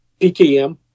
PKM